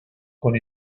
con